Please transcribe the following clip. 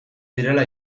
direla